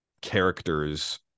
characters